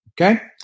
Okay